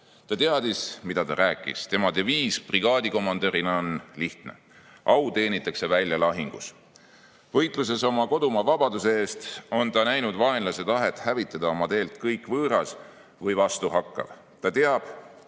Ta teadis, mida ta rääkis. Tema deviis brigaadikomandörina on lihtne: "Au teenitakse välja lahingus!" Võitluses oma kodumaa vabaduse eest on ta näinud vaenlase tahet hävitada oma teelt kõik võõras või vastu hakkav. Ta teab,